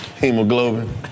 hemoglobin